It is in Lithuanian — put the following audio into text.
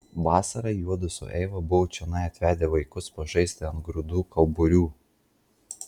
vasarą juodu su eiva buvo čionai atvedę vaikus pažaisti ant grūdų kauburių